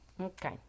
Okay